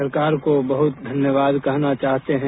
सरकार को हम बहुत धन्यवाद कहना चाहते हैं